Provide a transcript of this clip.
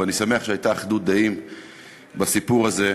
ואני שמח שהייתה אחדות דעים בסיפור הזה,